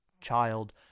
child